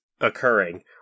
occurring